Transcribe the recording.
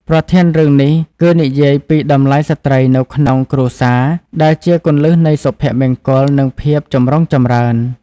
ប្រធានរឿងនេះគឺនិយាយពីតម្លៃស្ត្រីនៅក្នុងគ្រួសារ ដែលជាគន្លឹះនៃសុភមង្គល និងភាពចម្រុងចម្រើន។